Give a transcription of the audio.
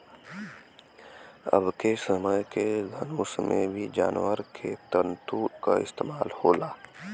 अबके समय के धनुष में भी जानवर के तंतु क इस्तेमाल होला